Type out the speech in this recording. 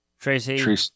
Tracy